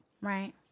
right